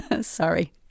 Sorry